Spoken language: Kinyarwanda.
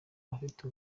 abafite